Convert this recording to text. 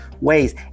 ways